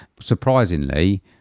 surprisingly